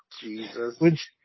Jesus